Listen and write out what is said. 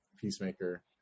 Peacemaker